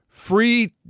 free